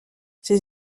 ces